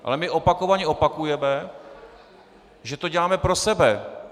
Ale my opakovaně opakujeme, že to děláme pro sebe.